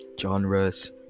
genres